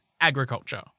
agriculture